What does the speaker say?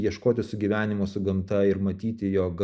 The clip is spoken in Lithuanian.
ieškoti sugyvenimo su gamta ir matyti jog